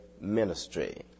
ministry